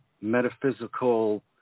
metaphysical